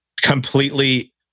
completely